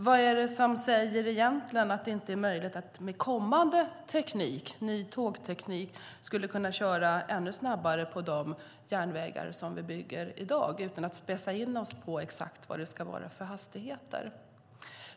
Vad är det som säger att det inte är möjligt att med kommande ny tågteknik köra ännu snabbare på de järnvägar som vi bygger i dag utan att "speca in oss" på vilka hastigheter det ska vara?